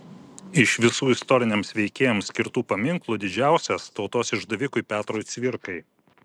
iš visų istoriniams veikėjams skirtų paminklų didžiausias tautos išdavikui petrui cvirkai